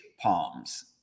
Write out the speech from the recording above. palms